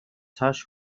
цааш